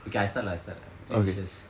okay I start lah I start lah three wishes